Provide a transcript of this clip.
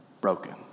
broken